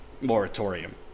moratorium